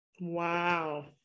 Wow